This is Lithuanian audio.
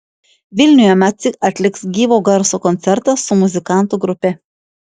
vilniuje macy atliks gyvo garso koncertą su muzikantų grupe